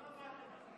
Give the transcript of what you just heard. חבריי חברי הכנסת,